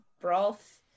Broth